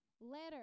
letter